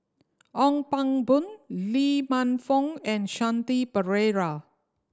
Ong Pang Boon Lee Man Fong and Shanti Pereira